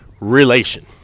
relation